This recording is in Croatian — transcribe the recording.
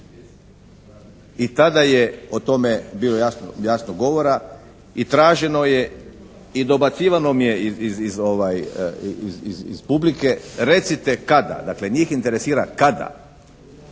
i tada je o tome bilo jasno govora i traženo je i dobacivano mi je iz publike: «Recite kada!» Dakle njih interesira kada?